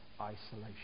isolation